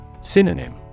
Synonym